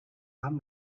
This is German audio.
haben